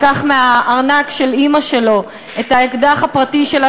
לקח מהארנק של אימא שלו את האקדח הפרטי שלה,